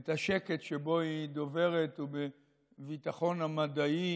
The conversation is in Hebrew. את השקט שבו היא דוברת והביטחון המדעי